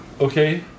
Okay